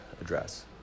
address